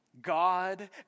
God